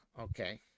okay